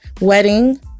wedding